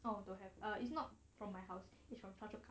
oh don't have uh it's not from my house is from choa chu kang